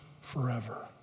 forever